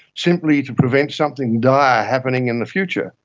simply to prevent something dire happening in the future.